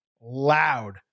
loud